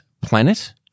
planet